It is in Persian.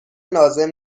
لازم